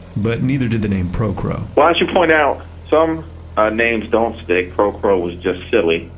but neither did the name procro well i should point out some ah names don't stick. procro was just silly.